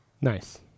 Nice